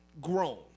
grown